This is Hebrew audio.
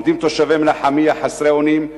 עומדים תושבי מנחמיה חסרי אונים,